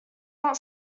not